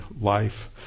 life